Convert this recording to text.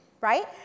right